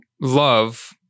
love